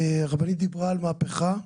הרבנית דיברה על מהפכה,